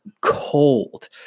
cold